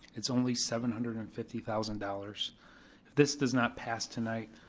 it's only seven hundred and fifty thousand dollars. if this does not pass tonight,